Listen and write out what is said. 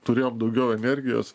turėjom daugiau energijos